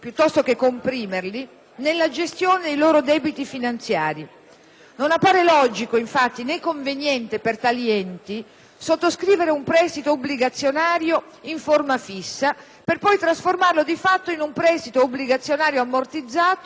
Non appare logico, infatti, né conveniente per tali enti sottoscrivere un prestito obbligazionario in forma fissa, per poi trasformarlo di fatto in un prestito obbligazionario ammortizzato a cui si associano spesso costi impliciti e di gestione.